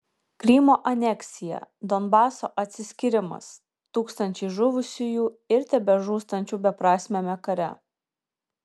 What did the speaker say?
krymo aneksija donbaso atsiskyrimas tūkstančiai žuvusiųjų ir tebežūstančių beprasmiame kare